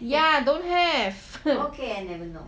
ya don't have